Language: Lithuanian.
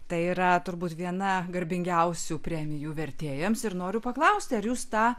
tai yra turbūt viena garbingiausių premijų vertėjams ir noriu paklausti ar jūs tą